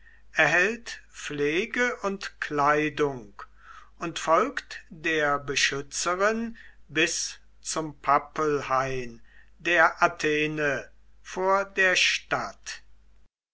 erhält pflege und kleidung und folgt der beschützerin bis zum pappelhain der athene vor der stadt